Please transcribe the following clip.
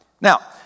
Now